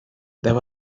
there